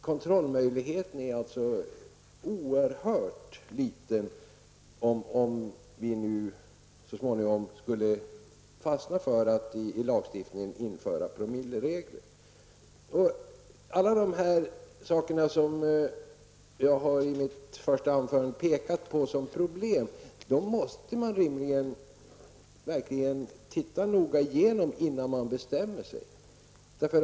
Kontrollmöjligheten är alltså oerhört liten om vi så småningom skulle fastna för att i lagstiftningen införa promilleregler. Alla de problem som jag i mitt första anförande berörde måste man verkligen se på innan man bestämmer sig.